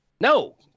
No